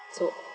so